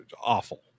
awful